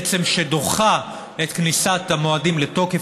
שבעצם דוחה את כניסת המועדים לתוקף,